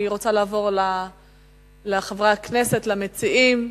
אני רוצה לעבור לחברי הכנסת, למציעים.